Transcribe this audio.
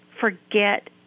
forget